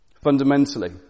Fundamentally